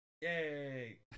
Yay